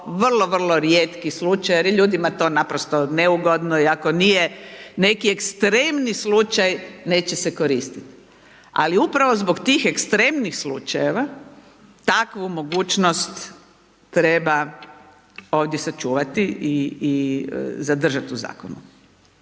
vrlo vrlo rijetki slučaj, jer je ljudima to naprosto neugodno i ako nije neki ekstremni slučaj neće se koristiti. Ali upravo zbog tih ekstremnih slučajeva, takvu mogućnost treba ovdje sačuvati i zadržati u zakonu.